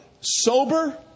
sober